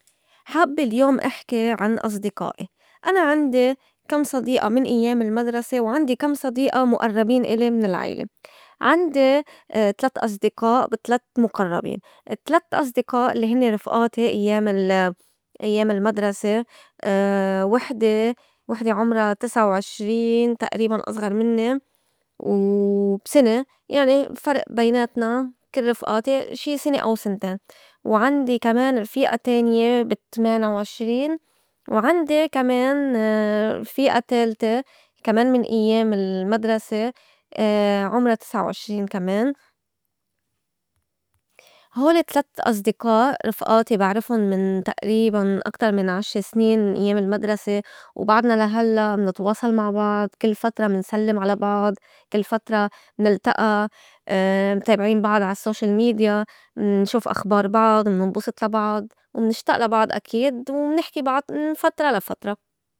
حابّة اليوم إحكي عن أصدقائي أنا عندي كم صديئة من إيّام المدرسة وعندي كم صديئة مُئرّبين إلي من العيلة، عندي تلات أصدقاء وتلات مقرّبين، اتلات أصدقاء الّي هنّي رفئاتي إيّام- ال- إيّام المدرسة وحدة- وحدة عُمرا تسعة وعشرين تئريباً أزغر منّي و بسنة يعني فرئ بيناتنا كل رفئاتي شي سنة أو سنتين، وعندي كمان رفيئة تانية بي تمانة وعشرين، وعندي كمان رفيئة تالتة كمان من أيّام المدرسة عُمرا تسعة وعشرين كمان. هولي التلات أصدقاء رفئاتي بعرفُن من تئريباً أكتر من عشر سنين من أيّام المدرسة وبعدنا لا هلّأ منتواصل مع بعض، كل فترة منسلّم على بعض، كل فترة منلتئى، متابعين بعض عال social media نشوف أخبار بعض نننبسط لا بعض، ومنشتاء لا بعض أكيد، ومنحكي بعض من فترة لا فترى.